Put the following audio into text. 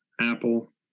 Apple